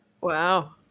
Wow